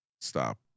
stop